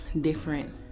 different